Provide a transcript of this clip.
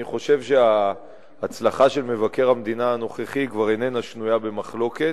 אני חושב שההצלחה של המבקר הנוכחי כבר איננה שנויה במחלוקת,